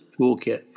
toolkit